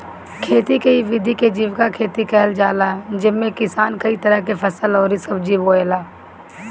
खेती के इ विधि के जीविका खेती कहल जाला जेमे किसान कई तरह के फसल अउरी सब्जी बोएला